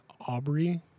aubrey